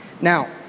Now